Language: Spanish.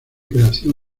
creación